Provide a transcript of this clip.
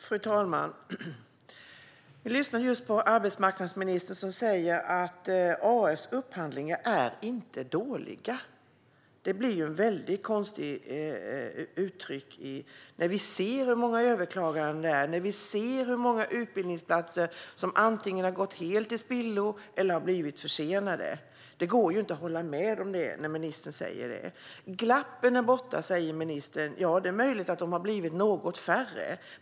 Fru talman! Vi lyssnade just på arbetsmarknadsministern, som säger att AF:s upphandlingar inte är dåliga. Det blir ett konstigt uttryck när vi ser hur många överklaganden som sker och när vi ser hur många utbildningsplatser som antingen har gått helt till spillo eller har blivit försenade. Det går inte att hålla med när ministern säger det. Glappen är borta, säger ministern. Ja, det är möjligt att de har blivit något färre.